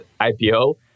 IPO